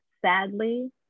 Sadly